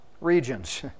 regions